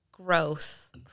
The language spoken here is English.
Growth